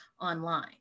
online